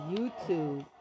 YouTube